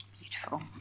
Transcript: Beautiful